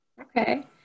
Okay